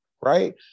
right